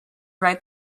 write